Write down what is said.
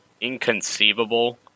inconceivable